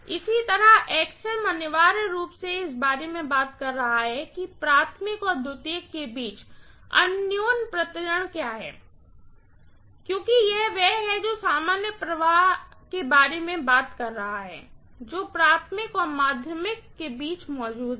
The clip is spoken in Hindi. इसी तरह अनिवार्य रूप से इस बारे में भी बात कर रहा है कि प्राइमरी और सेकेंडरी के बीच एक अननोन्य प्रेरण क्या है क्योंकि यह वह है जो सामान्य फ्लक्स के बारे में बात कर रहा है जो प्राथमिक और सेकेंडरी के बीच मौजूद है